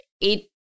It-